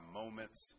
moments